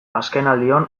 azkenaldion